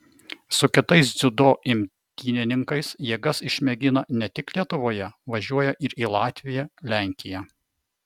su kitais dziudo imtynininkais jėgas išmėgina ne tik lietuvoje važiuoja ir į latviją lenkiją